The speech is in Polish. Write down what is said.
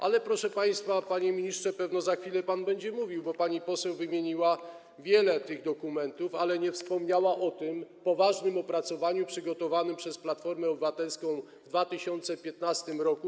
Ale proszę państwa, panie ministrze, na pewno za chwilę będzie pan mówił, bo pani poseł wymieniła wiele tych dokumentów, ale nie wspomniała o tym poważnym opracowaniu przygotowanym przez Platformę Obywatelską w 2015 r.